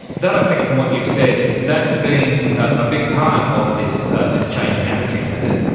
that i take it from what you've said that's been a big part of this this change in attitude, has it?